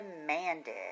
demanded